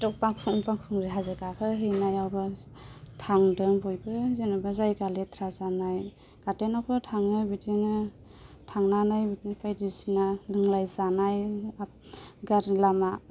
बाउखुंग्रि बाउखुंग्रि हाजो गाखोहैनायावबो थांदों बयबो जेन'बा जायगा लेथ्रा जानाय गार्डेनावबो थाङो बिदिनो थांनानै बायदिसिना लोंनाय जानाय गाज्रि लामा